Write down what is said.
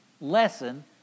lesson